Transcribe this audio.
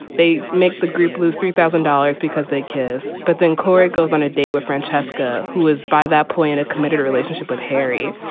they make the group lose three thousand dollars because they kiss. but then corey goes on a date with francesca, who is by that point a committed relationship with harry.